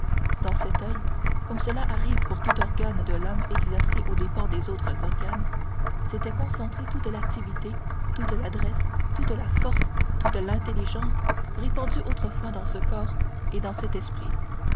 dans cet oeil comme cela arrive pour tout organe de l'homme exercé aux dépens des autres organes s'étaient concentrées toute l'activité toute l'adresse toute la force toute l'intelligence répandues autrefois dans ce corps et dans cet esprit